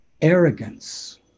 Arrogance